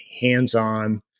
hands-on